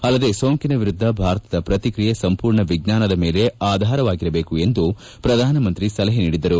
ಅಲ್ಲದೇ ಸೋಂಕಿನ ವಿರುದ್ದ ಭಾರತದ ಪ್ರತಿಕ್ರಿಯೆ ಸಂಪೂರ್ಣ ವಿಜ್ಞಾನದ ಮೇಲೆ ಆಧಾರವಾಗಿರಬೇಕು ಎಂದು ಪ್ರಧಾನಮಂತ್ರಿ ಸಲಹೆ ನೀಡಿದ್ದರು